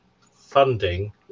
funding